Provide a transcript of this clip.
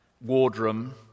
wardroom